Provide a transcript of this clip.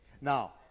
Now